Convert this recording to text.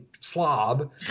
slob